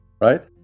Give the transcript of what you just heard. Right